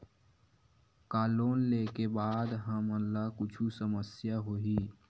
का लोन ले के बाद हमन ला कुछु समस्या होही?